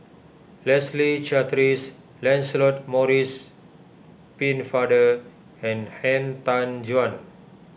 Leslie Charteris Lancelot Maurice Pennefather and Han Tan Juan